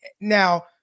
Now